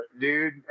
dude